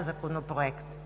Законопроекта.